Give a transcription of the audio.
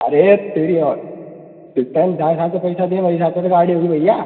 अरे तेरी और जितना जा हिसाब से पैसा दिया वही हिसाब से तो गाड़ी होगी भैया